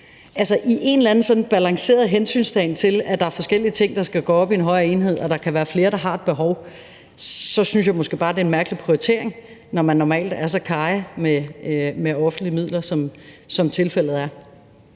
sådan balanceret hensyntagen til, at der er forskellige ting, der skal gå op i en højere enhed, og at der kan være flere, der har et behov, så synes jeg måske bare, det er en mærkelig prioritering, når man normalt er så karrig med offentlige midler, som tilfældet er.